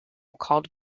called